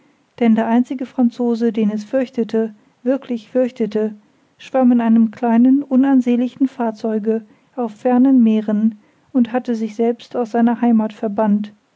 denn der einzige franzose den es fürchtete wirklich fürchtete schwamm in einem kleinen unansehnlichen fahrzeuge auf fernen meeren und hatte sich selbst aus seiner heimat verbannt